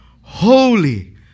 Holy